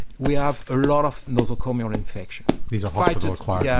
we have a lot of nosocomial infections. these are hospital acquired yeah